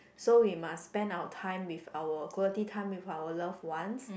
so we must spend our time with our quality time with our love ones